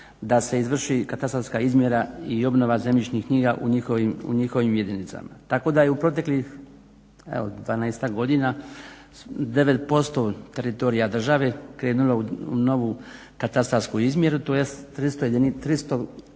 da se izvrši katastarska izmjera i obnova zemljišnih knjiga u njihovim jedinicama. Tako da je u proteklih evo 12-ak godina 9% teritorija države krenulo u novu katastarsku izmjeru tj. 300